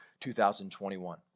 2021